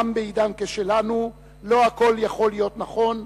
גם בעידן כשלנו לא הכול יכול להיות "נכון",